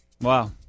Wow